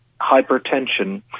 hypertension